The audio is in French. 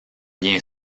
bien